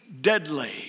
deadly